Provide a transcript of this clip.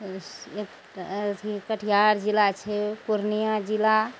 एक तऽ अए अथी कटिहार जिला छै पूर्णियाँ जिला